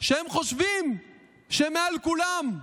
שחושבים שהם מעל כולם?